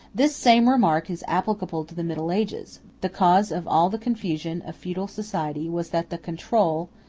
the same remark is applicable to the middle ages the cause of all the confusion of feudal society was that the control,